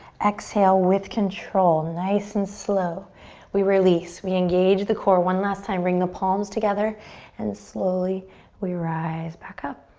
exhale, with control. nice and slow we release. we engage the core. one last time, bring the palms together and slowly we rise back up.